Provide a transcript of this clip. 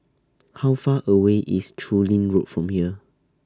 How Far away IS Chu Lin Road from here